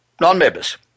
non-members